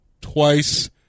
twice